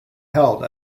held